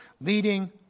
leading